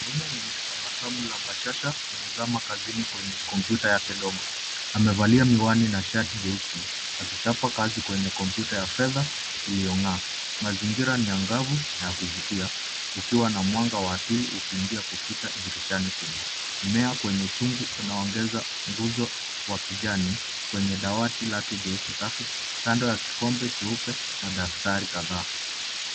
Mtume mwenye tabasamu la bashasha amezama kazini kwenye kompyuta yake ndogo ,amevalia miwani na shati jeusi akichapa kazi kwenye kompyuta ya fedha iliyong'aa ,mazingira ni ya ngavu na ya kuvutia kukiwa na mwanga wa asili ukingia kupita dirishani kubwa mmea kwenye chungu unaongeza nguzo wa kijani kwenye dawati lake jeusi safi ,kando ya kikombe cheupe na daftari kadhaa.